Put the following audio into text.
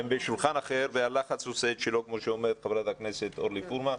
-- בשולחן אחר והלחץ עושה את שלו כמו שאומרת חברת הכנסת אורלי פרומן.